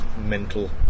mental